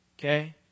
Okay